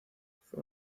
fue